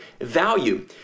value